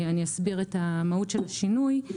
אני אסביר את המהות של השינוי.